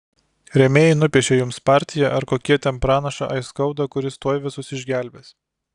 rėmėjai nupiešia jums partiją ar kokie ten pranašą aiskaudą kuris tuoj visus išgelbės